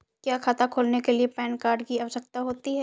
क्या खाता खोलने के लिए पैन कार्ड की आवश्यकता होती है?